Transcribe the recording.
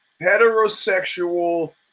heterosexual